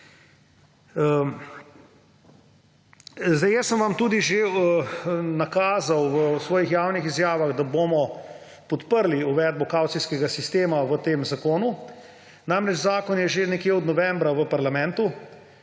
Tudi sem vam že nakazal v svojih javnih izjavah, da bomo podprli uvedbo kavcijskega sistema v tem zakonu. Namreč, zakon je že nekje od novembra v parlamentu.